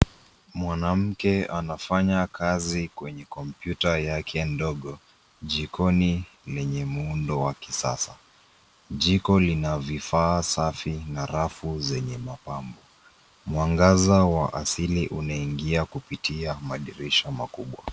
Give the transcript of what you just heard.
Mwanamke anafanya kazi kwenye kompyuta yake ndogo jikoni lenye muundo wa kisasa. Jiko lina vifaa safi na rafu zenye mapambo. Mwangaza wa asili unaingia kupitia madirisha makubwa.